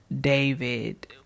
David